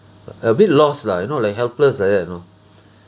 a bit lost lah you know like helpless like that you know